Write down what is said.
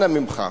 אנא ממך.